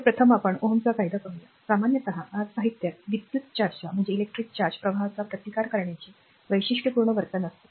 तर प्रथम आपण Ω चा कायदा पाहूया सामान्यत साहित्यात विद्युत चार्जच्या प्रवाहाचा प्रतिकार करण्याचे वैशिष्ट्यपूर्ण वर्तन असते